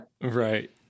right